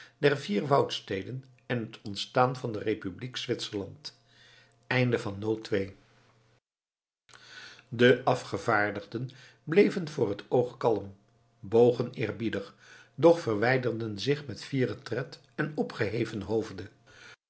der vier woudsteden en het ontstaan van de republiek zwitserland de afgevaardigden bleven voor het oog kalm bogen eerbiedig doch verwijderden zich met fieren tred en opgeheven hoofde